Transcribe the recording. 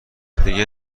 دیگه